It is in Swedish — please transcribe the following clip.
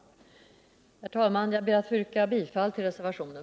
Herr talman! Jag ber att få yrka bifall till reservationen.